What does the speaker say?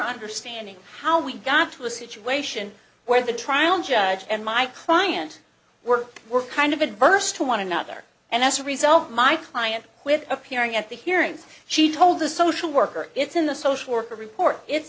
understanding how we got to a situation where the trial judge and my client were were kind of adverse to one another and as a result my client with appearing at the hearings she told the social worker it's in the social worker report it